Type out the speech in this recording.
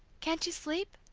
can't you sleep?